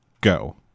go